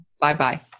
Bye-bye